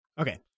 Okay